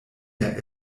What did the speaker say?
der